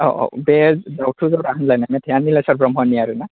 औ औ बे दाउथु जरा होनलायनाय मेथायाआ निलेस्वर ब्रम्हनि आरोना